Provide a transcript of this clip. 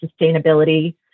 sustainability